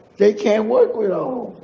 they can't work well at all.